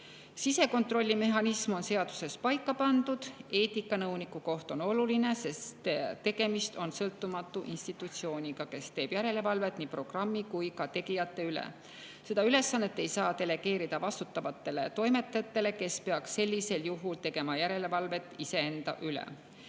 Sisekontrollimehhanism on seaduses paika pandud. Eetikanõuniku koht on oluline, sest tegemist on sõltumatu institutsiooniga, kes teeb järelevalvet nii programmi kui ka selle tegijate üle. Seda ülesannet ei saa delegeerida vastutavatele toimetajatele, kes peaks sellisel juhul tegema järelevalvet iseenda üle.